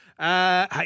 Hey